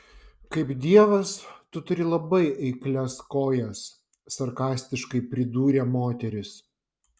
kaip dievas tu turi labai eiklias kojas sarkastiškai pridūrė moteris